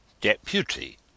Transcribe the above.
Deputy